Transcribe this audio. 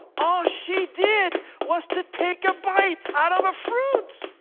all she did was to take a bite out of a fruit.